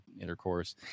intercourse